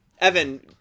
Evan